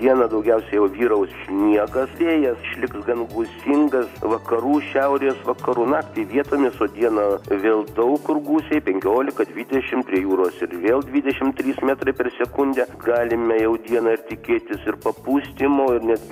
dieną daugiausia jau vyraus sniegas vėjas išliks gan gūsingas vakarų šiaurės vakarų naktį vietomis o dieną vėl daug kur gūsiai penkiolika dvidešim prie jūros ir vėl dvidešim trys metrai per sekundę galime jau dieną tikėtis ir papustymo ir netgi